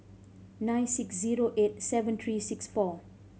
nine six zero eight seven three six four